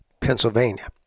Pennsylvania